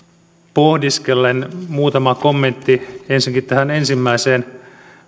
pohdiskellen muutama kommentti ensinnäkin tähän ensimmäiseen